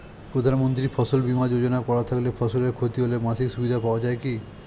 প্রধানমন্ত্রী ফসল বীমা যোজনা করা থাকলে ফসলের ক্ষতি হলে মাসিক সুবিধা পাওয়া য়ায় কি?